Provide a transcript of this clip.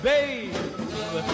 Babe